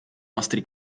nostri